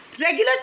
regular